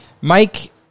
Mike